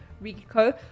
Rico